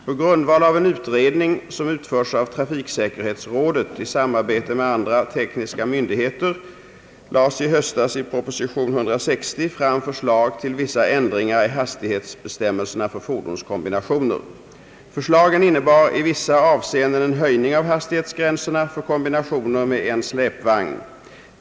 På grundval av en utredning som utförts av trafiksäkerhetsrådet i samarbete med andra tekniska myndigheter lades i höstas i proposition 160 fram förslag till vissa ändringar i hastighetsbestämmelserna för fordonskombinationer. Förslagen innebar i vissa avseenden en höjning av hastighetsgränserna för kombinationer med en släpvagn.